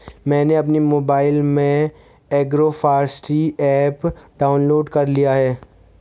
मैंने अपने मोबाइल में एग्रोफॉसट्री ऐप डाउनलोड कर लिया है